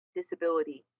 disability